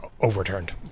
overturned